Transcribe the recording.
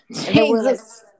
Jesus